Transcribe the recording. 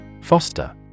Foster